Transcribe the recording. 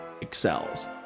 excels